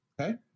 Okay